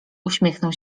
uśmiechnął